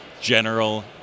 general